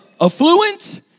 affluent